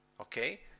okay